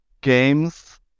games